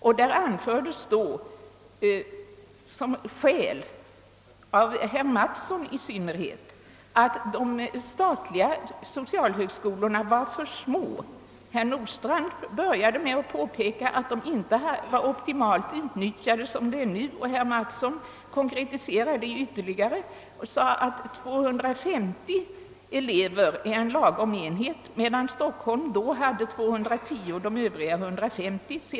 Vid detta tillfälle anfördes som skäl, i synnerhet av herr Tobé, att de statliga socialhögskolorna är för små. Herr Nordstrandh började med att påpeka att de inte är optimalt utnyttjade och herr Tobé konkretiserade sitt påstående ytterligare och sade, att 250 elever är en lagom enhet, Stockholm hade då 210 och de övriga 150 elever.